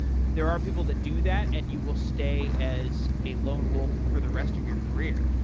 there are people that do that and you will stay as a lone wolf for the rest of your career.